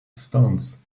stones